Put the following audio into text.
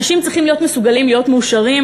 אנשים צריכים להיות מסוגלים להיות מאושרים,